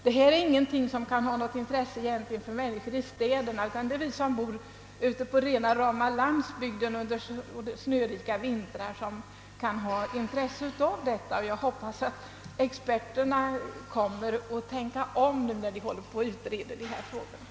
Detta är inte ett spörsmål som har något intresse för människorna i städerna utan är något som under snörika vintrar har betydelse för oss som bor ute på landsbygden. Jag hoppas att experterna kommer att tänka om i detta avseende när de fortsätter att utreda dessa frågor.